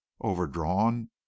overdrawn—